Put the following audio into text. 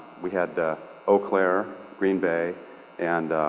we had eau claire, green bay and